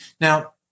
Now